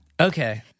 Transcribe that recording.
Okay